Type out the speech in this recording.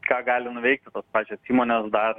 ką gali nuveikt pačios įmonės dar